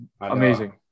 amazing